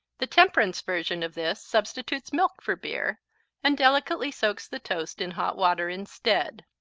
the temperance version of this substitutes milk for beer and delicately soaks the toast in hot water instead.